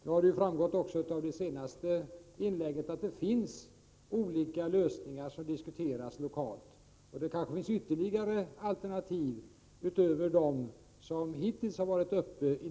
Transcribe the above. Det har också framgått av det senaste inlägget att det finns olika lösningar som diskuteras lokalt, och det kanske finns ytterligare alternativ utöver dem som hittills har tagits upp.